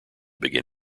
begin